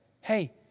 Hey